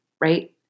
right